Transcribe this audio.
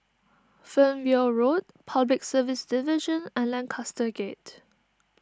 Fernvale Road Public Service Division and Lancaster Gate